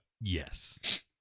yes